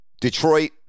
Detroit